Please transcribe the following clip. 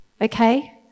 Okay